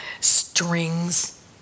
strings